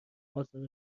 آزار